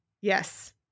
Yes